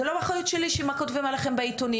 זו לא אחריות שלי מה כותבים עליכם בעיתונים,